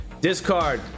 Discard